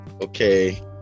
Okay